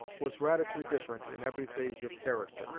was radically different in every phase of character.